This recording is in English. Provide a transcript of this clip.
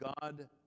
God